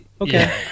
okay